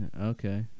Okay